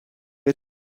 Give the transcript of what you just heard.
est